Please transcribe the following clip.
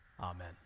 amen